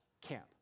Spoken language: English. camp